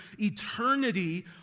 eternity